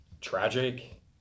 tragic